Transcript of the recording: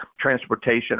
transportation